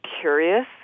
curious